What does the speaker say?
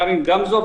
גם עם גמזו,